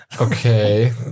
Okay